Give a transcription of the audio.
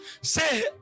Say